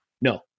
No